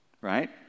right